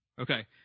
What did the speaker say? Okay